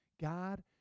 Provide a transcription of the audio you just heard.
God